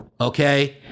Okay